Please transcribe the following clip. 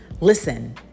Listen